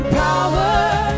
power